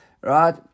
right